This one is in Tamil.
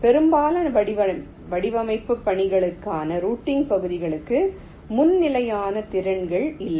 பெரும்பாலான வடிவமைப்பு பாணிகளுக்கான ரூட்டிங் பகுதிகளுக்கு முன் நிலையான திறன்கள் இல்லை